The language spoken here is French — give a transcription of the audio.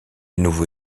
nouveau